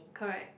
correct